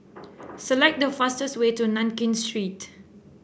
select the fastest way to Nankin Street